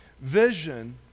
Vision